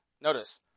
Notice